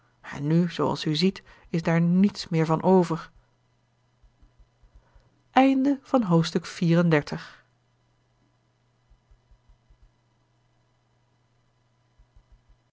en nu zooals u ziet is daar niets meer van over hoofdstuk